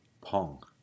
Pong